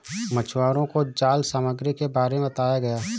मछुवारों को जाल सामग्री के बारे में बताया गया